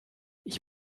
ich